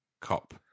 cop